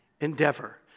endeavor